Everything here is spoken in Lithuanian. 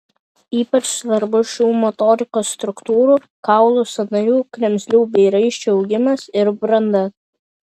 ypač svarbus šių motorikos struktūrų kaulų sąnarių kremzlių bei raiščių augimas ir branda